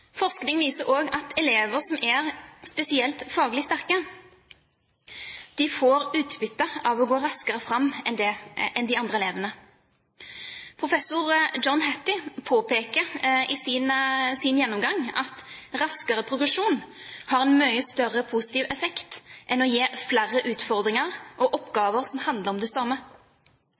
Forskning viser også at elever som er spesielt faglig sterke, får utbytte av å gå raskere fram enn de andre elevene. Professor John Hattie påpeker i sin gjennomgang at raskere progresjon har en mye større positiv effekt enn å gi flere utfordringer og oppgaver som handler om det samme.